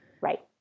Right